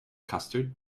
custard